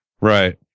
Right